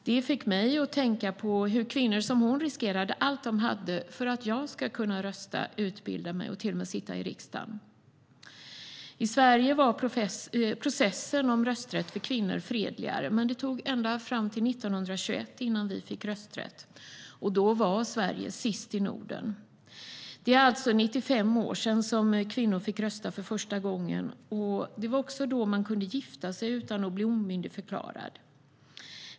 Det fick mig att tänka på hur kvinnor som hon riskerade allt de hade för min rätt att rösta, utbilda mig och till och med sitta i riksdagen. I Sverige var processen för kvinnlig rösträtt fredligare, men det dröjde ända till 1921 innan vi fick rösträtt, och då var Sverige sist i Norden. Det är alltså 95 år sedan kvinnor fick rösta för första gången. Det var också då man kunde gifta sig utan att bli omyndigförklarad.